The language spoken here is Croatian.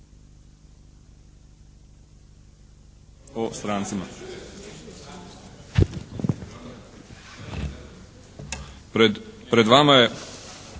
o strancima. Pred vama je